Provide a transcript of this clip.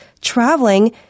traveling